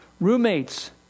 Roommates